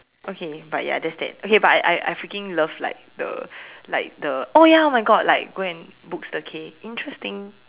okay but ya there is that okay but I I freaking love the like the like the oh ya oh my God like go book staycay interesting